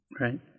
Right